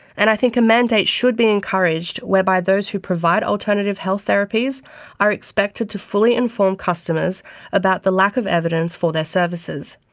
and i think a mandate should be encouraged whereby those who provide alternative health therapies are expected to fully inform customers about the lack of evidence for their services,